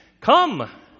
Come